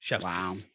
Wow